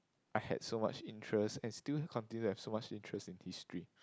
I had so much interest I still continue to have so much interest in history